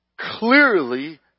clearly